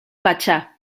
pachá